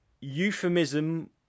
euphemism